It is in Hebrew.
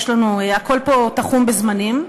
והכול פה תחום בזמנים,